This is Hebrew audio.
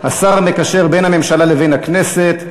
השר המקשר בין הממשלה לבין הכנסת,